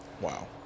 Wow